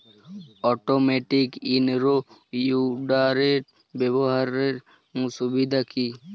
Automatic in row উইডারের ব্যবহারের সুবিধা কি?